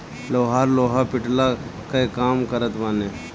लोहार लोहा पिटला कअ काम करत बाने